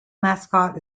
mascot